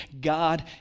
God